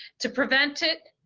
to prevent it,